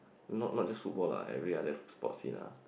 not not just football lah every other sports seen lah